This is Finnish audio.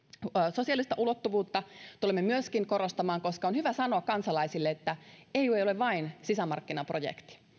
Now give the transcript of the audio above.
sosiaalista ulottuvuutta tulemme myöskin korostamaan koska on hyvä sanoa kansalaisille että eu ei ole vain sisämarkkinaprojekti